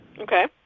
Okay